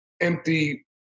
empty